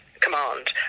command